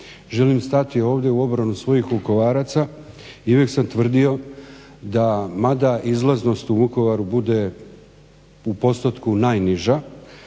Želim stati ovdje u obranu svojih Vukovaraca i uvijek sam tvrdio da mada izlaznost u Vukovaru bude u postotku najniža,